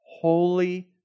holy